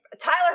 Tyler